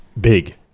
big